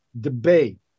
debate